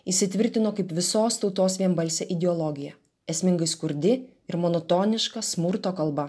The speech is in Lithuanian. įsitvirtino kaip visos tautos vienbalsė ideologija esmingai skurdi ir monotoniška smurto kalba